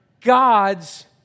God's